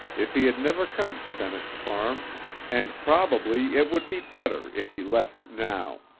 if he had never come to bennett's farm and probably it would be better if he left now.